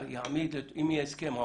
אם יהיה הסכם,